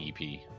EP